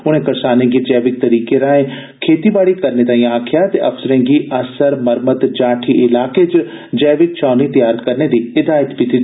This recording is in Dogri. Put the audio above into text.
उनें करसानें गी जैविक तरीके राएं खेतीबाड़ी करने तांई आक्खेया ते अफसर्रे गी अस्सर मरमत जाठी इलाके च जैविक छावनी त्यार करने दी हिदायत दिती